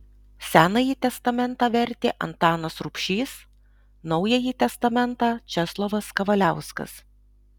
senąjį testamentą vertė antanas rubšys naująjį testamentą česlovas kavaliauskas